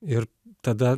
ir tada